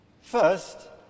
First